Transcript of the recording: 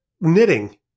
Knitting